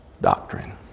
doctrine